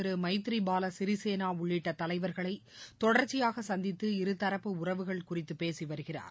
திருமைதிரிபாலசிறிசேனாஉள்ளிட்டதலைவர்களைதொடர்ச்சியாகசந்தித்துஇருதரப்பு உறவுகள் குறித்துபேசிவருகிறார்